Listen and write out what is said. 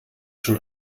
schon